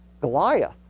Goliath